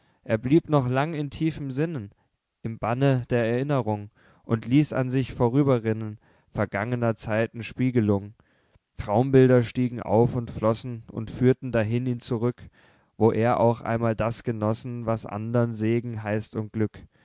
er blieb noch lang in tiefem sinnen im banne der erinnerung und ließ an sich vorüberrinnen vergang'ner zeiten spiegelung traumbilder stiegen auf und flossen und führten dahin ihn zurück wo er auch einmal das genossen was andern segen heißt und glück